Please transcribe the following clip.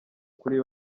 kuri